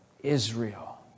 Israel